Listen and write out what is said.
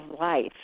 life